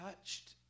touched